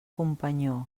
companyó